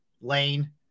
Lane